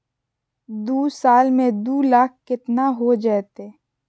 दू साल में दू लाख केतना हो जयते?